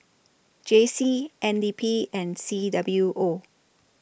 J C N D P and C W O